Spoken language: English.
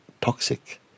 toxic